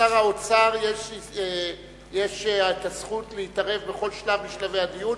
לשר האוצר יש הזכות להתערב בכל שלב משלבי הדיון.